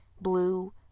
blue